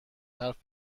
حرف